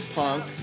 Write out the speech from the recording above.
punk